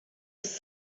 was